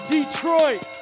Detroit